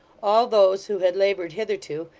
all those who had laboured hitherto,